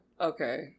Okay